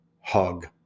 hug